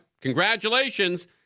congratulations